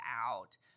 out